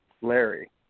Larry